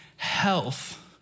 Health